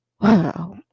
Wow